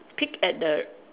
peek at the